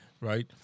right